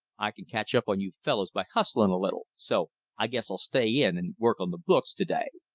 i can catch up on you fellows by hustling a little, so i guess i'll stay in and work on the books to-day.